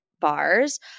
bars